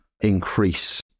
increase